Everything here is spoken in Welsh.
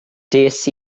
des